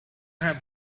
have